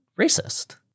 racist